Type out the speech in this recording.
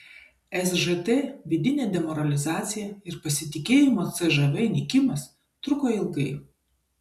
sžt vidinė demoralizacija ir pasitikėjimo cžv nykimas truko ilgai